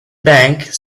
bank